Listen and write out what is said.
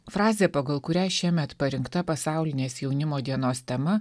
frazė pagal kurią šiemet parinkta pasaulinės jaunimo dienos tema